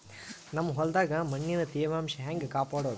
ನಮ್ ಹೊಲದಾಗ ಮಣ್ಣಿನ ತ್ಯಾವಾಂಶ ಹೆಂಗ ಕಾಪಾಡೋದು?